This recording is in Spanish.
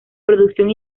producción